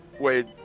Wade